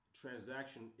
Transaction